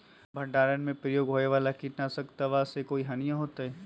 भंडारण में प्रयोग होए वाला किट नाशक दवा से कोई हानियों होतै?